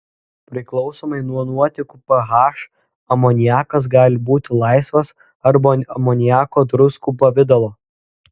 priklausomai nuo nuotekų ph amoniakas gali būti laisvas arba amoniako druskų pavidalo